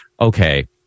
okay